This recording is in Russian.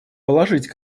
положить